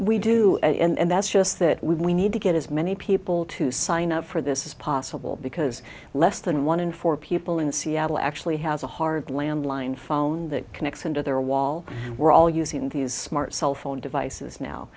do and that's just that we need to get as many people to sign up for this is possible because less than one in four people in seattle actually has a hard landline phone that connects them to their wall we're all using these smart cell phone devices